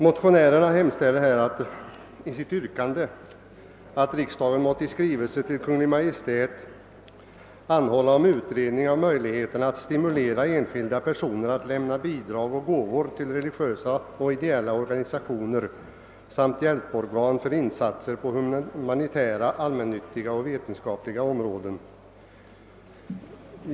Motionärerna hemställer i sitt yrkande att >riksdagen måtte i skrivelse till Kungl. Maj:t anhålla om utredning av möjligheterna att stimulera enskilda personer att lämna bidrag och gåvor till religiösa och ideella organisationer samt hjälporgan för insatser på humanitära, allmännyttiga och vetenskapliga områden>.